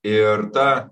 ir ta